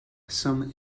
some